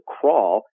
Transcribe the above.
crawl